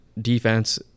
defense